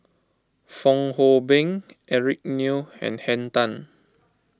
Fong Hoe Beng Eric Neo and Henn Tan